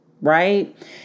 right